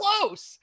close